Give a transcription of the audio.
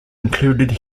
included